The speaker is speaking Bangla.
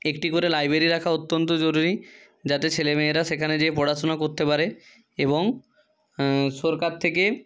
একটি করে লাইব্রেরি রাখা অত্যন্ত জরুরি যাতে ছেলে মেয়েরা সেখানে যেয়ে পড়াশোনা করতে পারে এবং সরকার থেকে